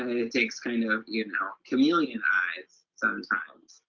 it takes kind of, you know, chameleon eyes sometimes.